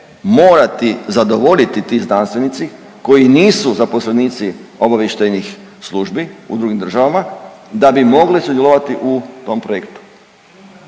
morati zadovoljiti ti znanstvenici koji nisu zaposlenici obavještajnih službi u drugim državama da bi mogli sudjelovati u tom projektu.